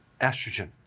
estrogen